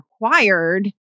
required